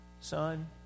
son